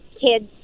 kids